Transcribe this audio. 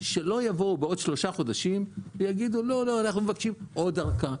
שלא יבואו בעוד שלושה חודשים ויגידו שמבקשים עוד ארכה.